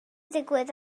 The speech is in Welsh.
digwydd